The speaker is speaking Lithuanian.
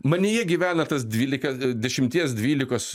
manyje gyvena tas dvylika dešimties dvylikos